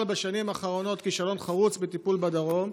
בשנים האחרונות כישלון חרוץ בטיפול בדרום.